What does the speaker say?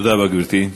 תודה רבה, גברתי.